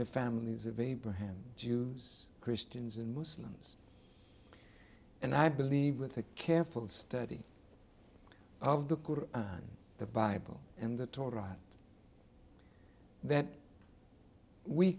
the families of abraham jews christians and muslims and i believe with a careful study of the on the bible and the t